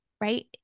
right